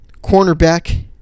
cornerback